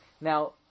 Now